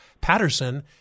Patterson